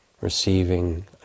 receiving